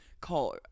call